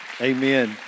Amen